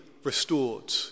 Restored